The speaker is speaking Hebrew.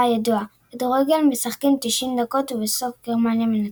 הידועה "כדורגל משחקים 90 דקות ובסוף גרמניה מנצחת".